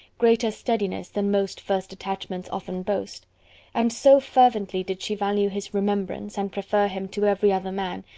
greater steadiness than most first attachments often boast and so fervently did she value his remembrance, and prefer him to every other man,